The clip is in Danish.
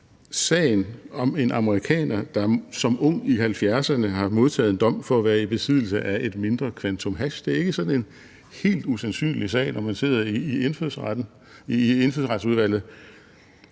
sagen om en amerikaner, der som ung i 1970'erne har modtaget en dom for at være i besiddelse af et mindre kvantum hash. Det er ikke sådan en helt usandsynlig sag, når man sidder i Indfødsretsudvalget.